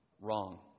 wrong